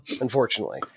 unfortunately